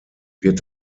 wird